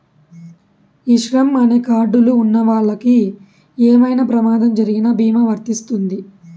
ఈ శ్రమ్ అనే కార్డ్ లు ఉన్నవాళ్ళకి ఏమైనా ప్రమాదం జరిగిన భీమా వర్తిస్తుంది